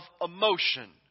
emotion